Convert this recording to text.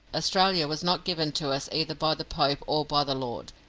australia was not given to us either by the pope or by the lord.